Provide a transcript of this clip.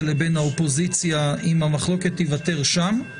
לבין האופוזיציה אם המחלוקת תיוותר שם.